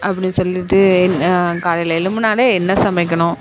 அப்படின் சொல்லிட்டு என் காலையில் எழும்பினாலே என்ன சமைக்கணும்